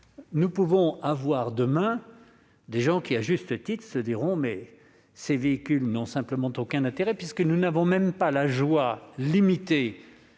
nous pourrions demain rencontrer des gens qui, à juste titre, se diront que ces véhicules n'ont simplement aucun intérêt, puisque nous n'aurons même plus la joie limitée,